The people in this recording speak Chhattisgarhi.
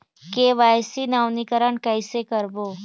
के.वाई.सी नवीनीकरण कैसे करबो?